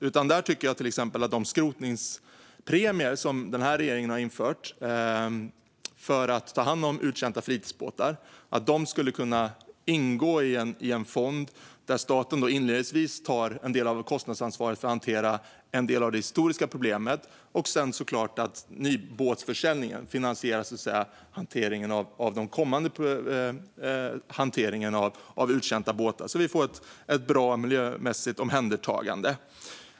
Jag tycker till exempel att de skrotningspremier som denna regering har infört för att man ska ta hand uttjänta fritidsbåtar skulle kunna ingå i en fond, där staten inledningsvis tar en del av kostnadsansvaret för att hantera en del av det historiska problemet. Sedan ska såklart nybåtsförsäljningen, så att säga, finansiera den kommande hanteringen av uttjänta båtar. Då får vi ett bra miljömässigt omhändertagande.